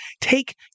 take